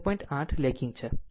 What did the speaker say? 8 legging છે